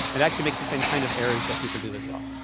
it actually makes the same kind of errors that people do as well.